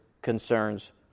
concerns